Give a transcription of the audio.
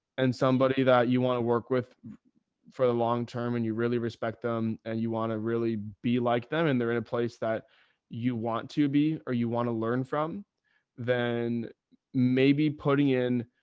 and somebody that you want to work with for the long-term and you really respect them and you want to really be like them and they're in a place that you want to be, or you to learn from then maybe putting in,